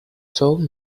told